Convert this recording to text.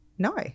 No